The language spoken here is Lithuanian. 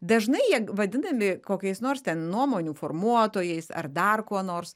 dažnai jie vadinami kokiais nors ten nuomonių formuotojais ar dar kuo nors